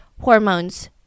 hormones